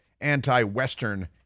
anti-Western